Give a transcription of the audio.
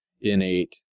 innate